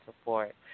support